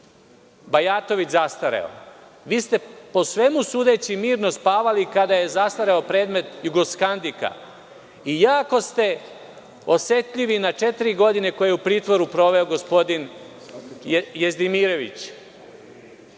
Bajatović zastareo. Vi ste, po svemu sudeći, mirno spavali kada je zastario predmet „Jugoskandika“. Jako ste osetljivi na četiri godine koje je u pritvoru proveo gospodin Jezdimirović.